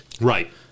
Right